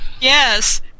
Yes